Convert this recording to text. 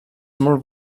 molt